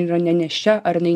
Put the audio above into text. yra ne nėščia ar jinai